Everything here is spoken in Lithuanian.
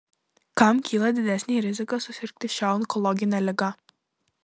kam kyla didesnė rizika susirgti šia onkologine liga